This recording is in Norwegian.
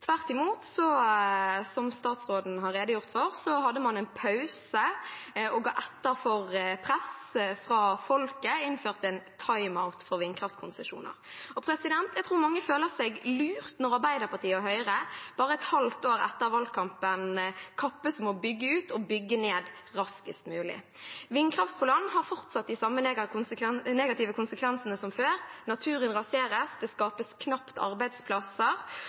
Tvert imot hadde man, som statsråden har redegjort for, en pause – man ga etter for press fra folket og innførte en timeout på vindkraftkonsesjoner. Jeg tror mange føler seg lurt når Arbeiderpartiet og Høyre bare et halvt år etter valgkampen kappes om å bygge ut og bygge ned raskest mulig. Vindkraft på land har de samme negative konsekvensene som før: Naturen raseres, det skapes knapt arbeidsplasser,